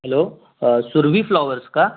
hello Surabhi flowers का